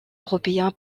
européen